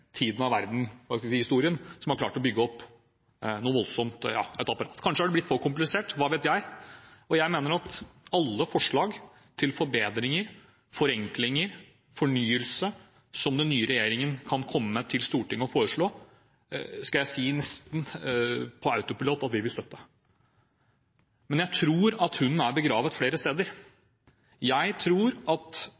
har klart å bygge opp et voldsomt apparat. Kanskje har det blitt for komplisert – hva vet jeg? Jeg mener at alle forslag til forbedringer, forenklinger og fornyelse som den nye regjeringen kan komme med og foreslå til Stortinget, skal jeg nesten på autopilot si at vi vil støtte. Men jeg tror at hunden er begravet flere steder.